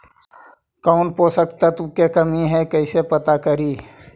कौन पोषक तत्ब के कमी है कैसे पता करि?